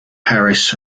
harris